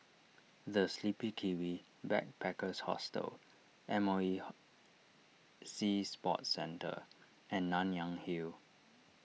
the Sleepy Kiwi Backpackers Hostel M O E Sea Sports Centre and Nanyang Hill